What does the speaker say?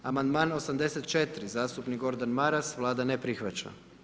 Amandman 84., zastupnik Gordan Maras, Vlada ne prihvaća.